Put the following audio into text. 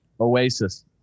oasis